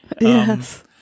Yes